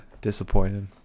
disappointed